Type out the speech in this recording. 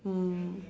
mm